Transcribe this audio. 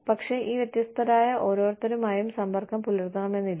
പക്ഷേ ഈ വ്യത്യസ്തരായ ഓരോരുത്തരുമായും സമ്പർക്കം പുലർത്തണമെന്നില്ല